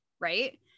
Right